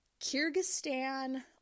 Kyrgyzstan